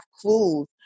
clues